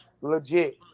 legit